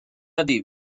ydy